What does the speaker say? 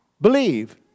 believe